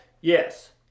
Yes